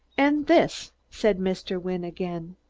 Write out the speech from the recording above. and this! said mr. wynne again.